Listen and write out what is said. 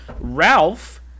Ralph